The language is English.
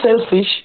selfish